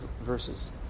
verses